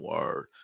Word